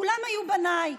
כולם היו בניי.